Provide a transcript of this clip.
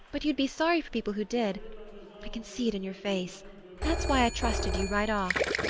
but you'd be sorry for people who did i can see it in your face that's why i trusted you right off.